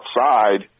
outside